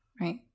Right